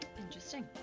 Interesting